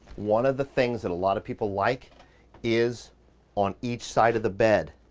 one of the things that a lot of people like is on each side of the bed,